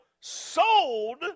sold